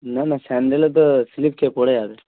না না স্যান্ডেলে তো স্লিপ খেয়ে পড়ে যাবে